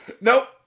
Nope